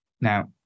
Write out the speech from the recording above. Now